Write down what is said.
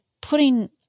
putting